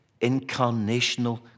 incarnational